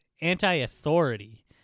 anti-authority